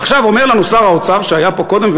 עכשיו אומר לנו שר האוצר שהיה פה קודם,